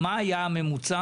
מה היה הממוצע?